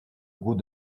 goût